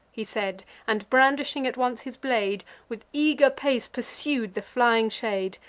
he said, and, brandishing at once his blade, with eager pace pursued the flying shade.